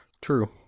true